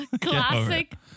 Classic